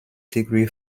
degree